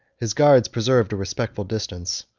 his guards preserved a respectful distance,